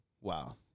wow